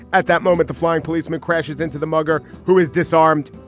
at that moment the flying policeman crashes into the mugger who is disarmed.